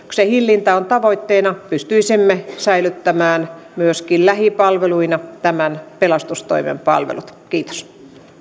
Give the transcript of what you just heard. hillintä on tavoitteena pystyisimme säilyttämään myöskin lähipalveluina pelastustoimen palvelut kiitos